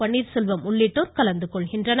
பன்னீர்செல்வம் உள்ளிட்டோர் இதில் கலந்து கொள்கின்றனர்